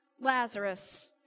Lazarus